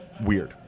weird